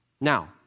Now